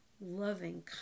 loving